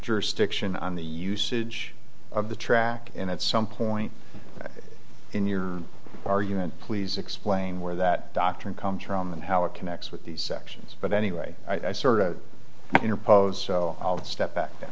jurisdiction on the usage of the track and at some point in your argument please explain where that doctrine comes from and how it connects with these sections but anyway i interposed so i'll step back